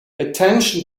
attention